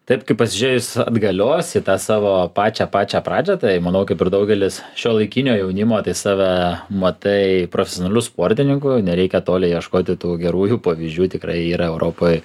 taip kaip pasižiūrėjus atgalios į tą savo pačią pačią pradžią tai manau kaip ir daugelis šiuolaikinio jaunimo tai save matai profesionaliu sportininku nereikia toli ieškoti tų gerųjų pavyzdžių tikrai yra europoj